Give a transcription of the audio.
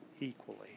equally